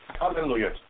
Hallelujah